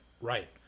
Right